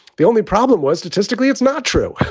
the only problem was statistically it's not true.